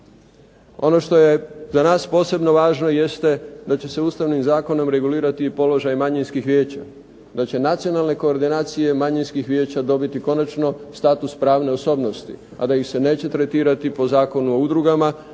Ono što je za nas posebno važno jeste da će ustavnim zakonom regulirati i položaj manjinskih vijeća, da će nacionalne koordinacije manjinskih vijeća dobiti konačno status pravne osobnosti, a da ih se neće tretirati po Zakonu o udrugama